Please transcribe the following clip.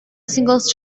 singles